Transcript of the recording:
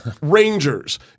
Rangers